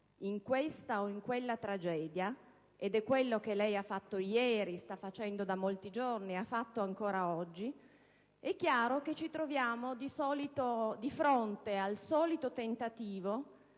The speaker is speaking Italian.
in questa o in quella tragedia - ed è quello che lei ha fatto ieri, sta facendo da molti giorni e ha fatto ancora oggi - è chiaro che ci troviamo di fronte al solito tentativo,